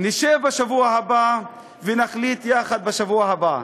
נשב בשבוע הבא ונחליט יחד בשבוע הבא.